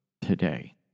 today